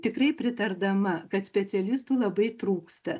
tikrai pritardama kad specialistų labai trūksta